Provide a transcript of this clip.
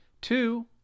Two